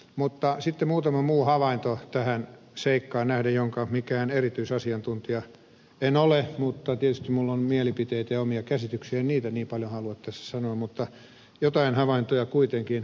mutta sitten muutama muu havainto tähän seikkaan nähden jonka mikään erityisasiantuntija en ole tietysti minulla on mielipiteitä ja omia käsityksiä en niitä niin paljon halua tässä sanoa mutta jotain havaintoja kuitenkin